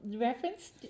reference